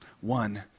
one